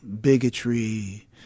bigotry